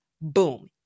Boom